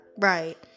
Right